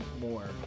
more